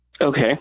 Okay